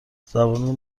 زبان